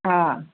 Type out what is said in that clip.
ஆ